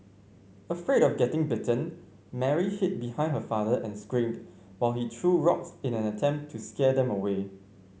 afraid of getting bitten Mary hid behind her father and screamed while he threw rocks in an attempt to scare them away